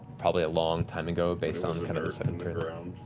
probably a long time ago, based on kind of the center.